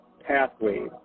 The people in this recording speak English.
pathway